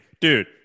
Dude